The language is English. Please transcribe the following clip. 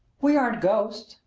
we aren't ghosts!